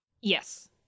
Yes